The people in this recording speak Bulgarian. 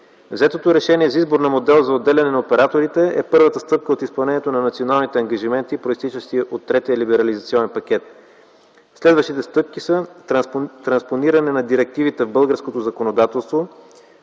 Взетото решение за избор на модел за отделяне на операторите е първата стъпка от изпълнението на националните ангажименти, произтичащи от третия либерализационен пакет. Следващите стъпки са транспониране на директивите в българското законодателство